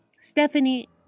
Stephanie